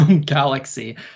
galaxy